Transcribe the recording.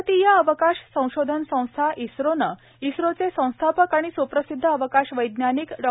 भारतीय अवकाश संशोधन संस्था इस्रोनं इस्रोचे संस्थापक आणि स्प्रसिदध अवकाश वैज्ञानिक डॉ